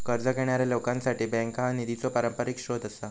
कर्ज घेणाऱ्या लोकांसाठी बँका हा निधीचो पारंपरिक स्रोत आसा